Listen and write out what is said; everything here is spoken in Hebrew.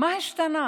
מה השתנה